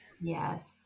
Yes